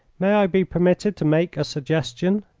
may i be permitted to make a suggestion?